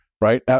right